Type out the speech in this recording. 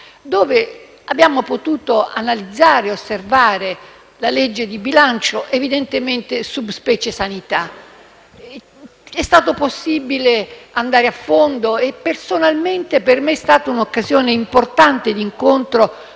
dove abbiamo potuto analizzare la legge di bilancio, evidentemente *sub specie* sanità. È stato possibile andare a fondo, e per me è stata un'occasione importante di incontrare